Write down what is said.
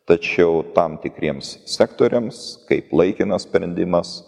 tačiau tam tikriems sektoriams kaip laikinas sprendimas